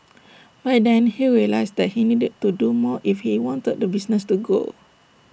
by then he realised that he needed to do more if he wanted the business to grow